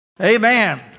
Amen